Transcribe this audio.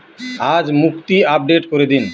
আজ মুক্তি আপডেট করে দিন